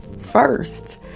first